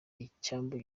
icyambu